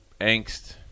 angst